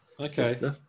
Okay